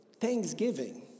thanksgiving